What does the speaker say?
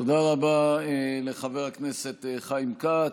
תודה רבה לחבר הכנסת חיים כץ.